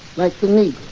like the negro.